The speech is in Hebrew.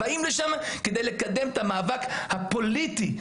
הגיעו כדי לקדם את המאבק הפוליטי.